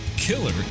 Killer